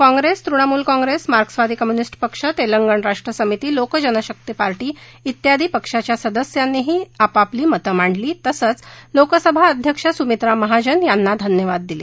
काँप्रेस तृणमूल काँप्रेस मार्क्सवादी कम्यूनिस्ट पक्ष तेलंगण राष्ट्र समिती लोक जनशक्ती पार्टी तेयादी पक्षाच्या सदस्यांनी आपापली मतं मांडली तसंच लोकसभा अध्यक्ष सुमित्रा महाजन यांना धन्यवाद दिले